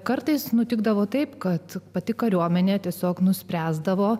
kartais nutikdavo taip kad pati kariuomenė tiesiog nuspręsdavo